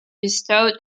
bestowed